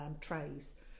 trays